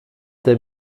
der